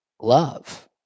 love